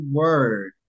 word